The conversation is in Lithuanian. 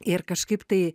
ir kažkaip tai